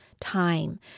time